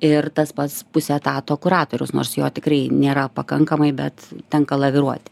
ir tas pats pusė etato kuratorius nors jo tikrai nėra pakankamai bet tenka laviruoti